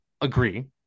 agree